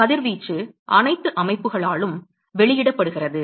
எனவே கதிர்வீச்சு அனைத்து அமைப்புகளாலும் வெளியிடப்படுகிறது